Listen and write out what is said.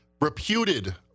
reputed